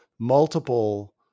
multiple